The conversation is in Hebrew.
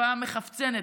לשפה מחפצנת,